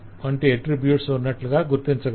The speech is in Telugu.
వంటి అట్రిబ్యూట్స్ ఉన్నట్లుగా గుర్తించగలరు